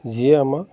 যিয়ে আমাক